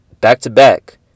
back-to-back